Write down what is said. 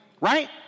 Right